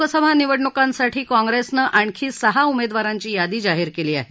लोकसभा निवडणुकांसाठी काँग्रेसनं आणखी सहा उमेदवारांची यादी जाहीर केली आहे